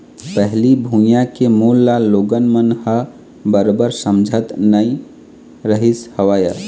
पहिली भुइयां के मोल ल लोगन मन ह बरोबर समझत नइ रहिस हवय